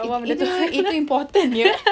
itu itu important iya